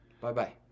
Bye-bye